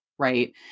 Right